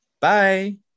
bye